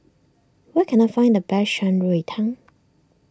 where can I find the best Shan Rui Tang